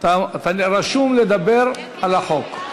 אתה רשום לדבר על החוק.